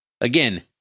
Again